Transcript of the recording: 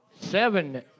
seven